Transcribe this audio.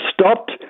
stopped